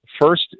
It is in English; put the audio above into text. First